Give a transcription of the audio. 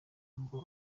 ngo